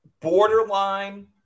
borderline